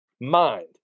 mind